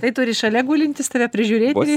tai turi šalia gulintis tave prižiūrėti